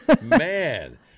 Man